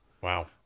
Wow